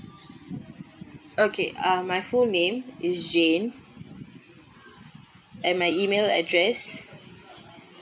okay uh my full name is jane and my email address